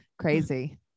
crazy